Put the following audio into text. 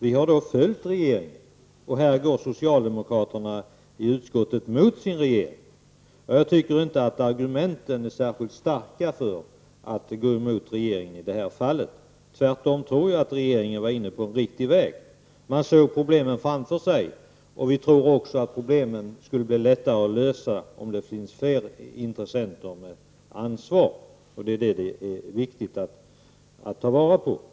Vi har följt regeringen, och jag tycker inte att argumenten är särskilt starka för att gå emot regeringen i det här fallet. Tvärtom tror jag att regeringen var inne på en riktig väg. Man såg problemen framför sig, och vi tror att problemen skulle bli lättare att lösa om det fanns fler intressenter med ansvar. Det är viktigt att ta vara på detta.